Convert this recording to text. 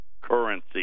currency